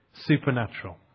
supernatural